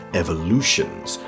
evolutions